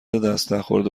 دستنخورده